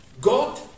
God